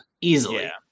easily